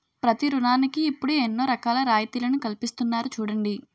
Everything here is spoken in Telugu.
ప్రతి ఋణానికి ఇప్పుడు ఎన్నో రకాల రాయితీలను కల్పిస్తున్నారు చూడండి